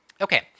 okay